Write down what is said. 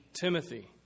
Timothy